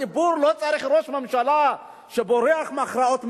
הציבור לא צריך ראש ממשלה שבורח מהכרעות מדיניות,